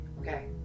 Okay